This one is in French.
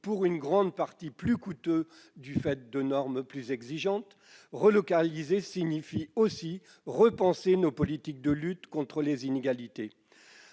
qui seront souvent plus coûteux, du fait de normes plus exigeantes ? Relocaliser signifie aussi repenser nos politiques de lutte contre les inégalités.